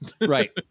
Right